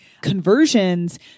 conversions